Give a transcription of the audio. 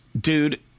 Dude